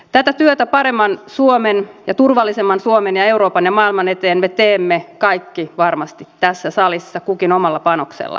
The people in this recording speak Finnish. tätä työtä paremman suomen ja turvallisemman suomen ja euroopan ja maailman eteen me teemme kaikki varmasti tässä salissa kukin omalla panoksellamme